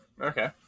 Okay